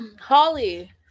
Holly